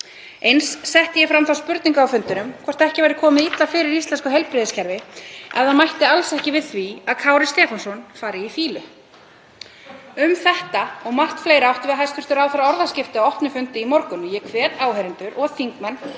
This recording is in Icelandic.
Eins setti ég fram þá spurningu á fundinum hvort ekki væri illa komið fyrir íslensku heilbrigðiskerfi ef það mætti alls ekki við því að Kári Stefánsson færi í fýlu. Um þetta og margt fleira áttum við hæstv. ráðherra orðaskipti á opnum fundi í morgun og ég hvet áheyrendur og þingmenn